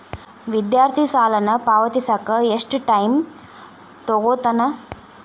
ವಿದ್ಯಾರ್ಥಿ ಸಾಲನ ಪಾವತಿಸಕ ಎಷ್ಟು ಟೈಮ್ ತೊಗೋತನ